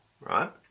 right